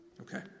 Okay